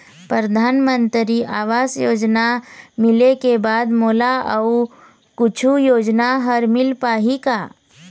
परधानमंतरी आवास योजना मिले के बाद मोला अऊ कुछू योजना हर मिल पाही का?